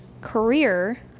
career